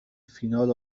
فینال